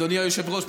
אדוני היושב-ראש,